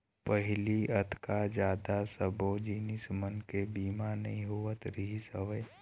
पहिली अतका जादा सब्बो जिनिस मन के बीमा नइ होवत रिहिस हवय